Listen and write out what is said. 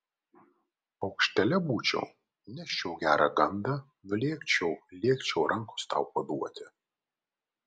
paukštelė būčiau neščiau gerą gandą nulėkčiau lėkčiau rankos tau paduoti